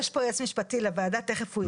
ההסתייגות לא התקבלה.